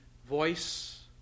voice